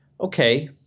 Okay